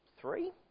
three